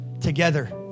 together